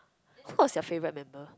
who was your favorite member